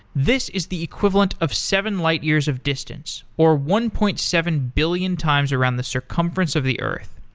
this is the equivalent of seven light years of distance, or one point seven billion times around the circumference of the earth.